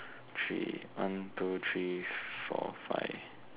three one two three four five